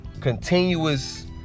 continuous